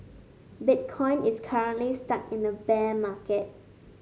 bitcoin is currently stuck in a bear market